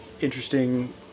interesting